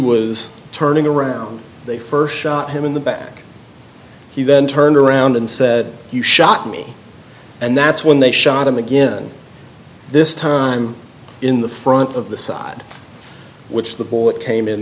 was turning around they st shot him in the back he then turned around and said you shot me and that's when they shot him again this time in the front of the side which the board came in